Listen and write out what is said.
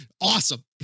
awesome